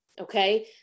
Okay